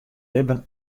libben